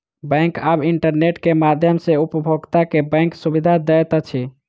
bank आब internet के माध्यम सॅ उपभोगता के बैंक सुविधा दैत अछि